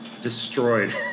destroyed